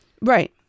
Right